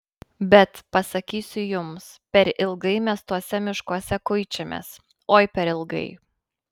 bet pasakysiu jums per ilgai mes tuose miškuose kuičiamės oi per ilgai